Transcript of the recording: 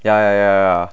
ya ya ya